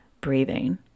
breathing